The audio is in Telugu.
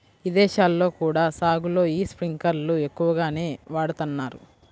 ఇదేశాల్లో కూడా సాగులో యీ స్పింకర్లను ఎక్కువగానే వాడతన్నారు